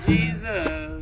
Jesus